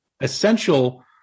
essential